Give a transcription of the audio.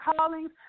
callings